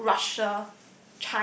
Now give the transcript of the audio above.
Russia